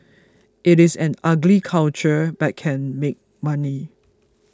it is an ugly culture but can make money